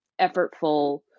effortful